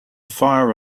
fire